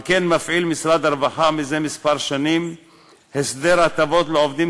לכן מפעיל משרד הרווחה מזה מספר שנים הסדר הטבות לעובדים